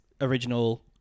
original